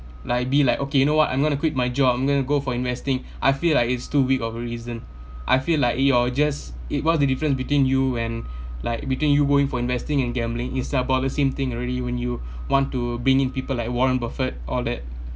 like be like okay you know what I'm gonna quit my job I'm gonna go for investing I feel like it's too weak of a reason I feel like it you're just it what's the difference between you and like between you going for investing and gambling it's about the same thing already when you want to bring in people like warren buffet all that